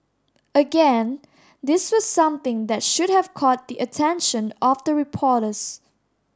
again this was something that should have caught the attention of the reporters